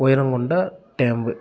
உயரம் கொண்ட டேமு